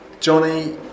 Johnny